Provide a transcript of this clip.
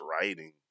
writing